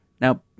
Now